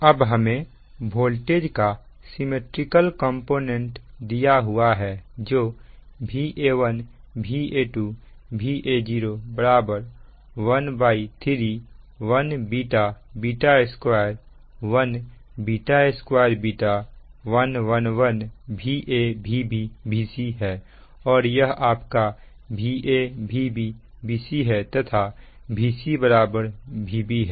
अब हमें वोल्टेज का सिमिट्रिकल कंपोनेंट दिया हुआ है जो Va1 Va2 Va0 131 2 1 2 1 1 1 Va Vb Vc और यह आपका Va Vb और Vc है तथा Vc Vb है